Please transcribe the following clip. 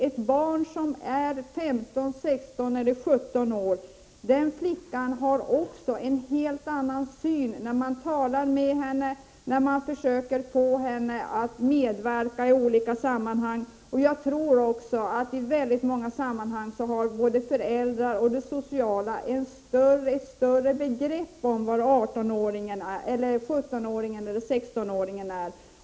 En flicka på 15-17 år har en helt annan syn på saker och ting än den som är 18 år eller äldre. Det är lättare att få henne att lyssna på vad de vuxna säger, och föräldrar och sociala myndigheter har i regel ett bättre grepp över vad 16-17-åringen gör.